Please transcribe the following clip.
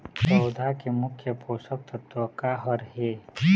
पौधा के मुख्य पोषकतत्व का हर हे?